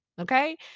Okay